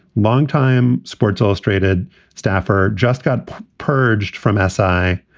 longtime sports illustrated staffer just got purged from s i.